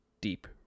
Deep